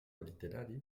literari